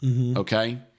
Okay